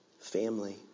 family